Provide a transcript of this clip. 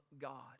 God